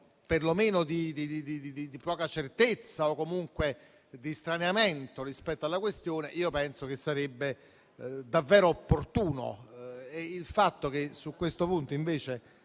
perlomeno di poca certezza o comunque di straniamento rispetto alla questione, penso che sarebbe davvero opportuno.